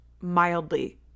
mildly